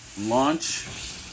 launch